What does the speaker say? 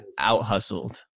out-hustled